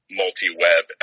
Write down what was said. multi-web